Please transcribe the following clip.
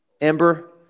ember